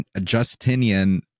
Justinian